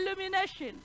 illumination